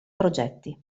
progetti